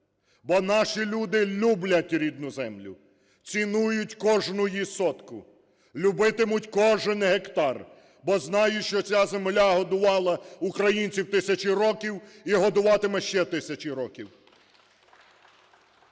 бо наші люди люблять рідну землю, цінують кожну її сотку, любитимуть кожен гектар, бо знають, що ця земля годувала українців тисячі років і годуватиме ще тисячі років.